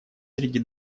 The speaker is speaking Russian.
среди